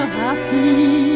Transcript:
happy